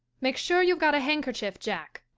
make sure you've got a handkerchief, jack.